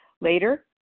Later